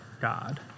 God